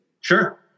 Sure